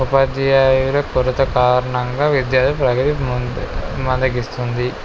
ఉపాధ్యాయుల కొరత కారణంగా విద్యార్థుల ప్రగతి ముందు మందగిస్తుంది